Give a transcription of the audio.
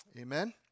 amen